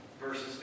Verses